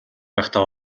байхдаа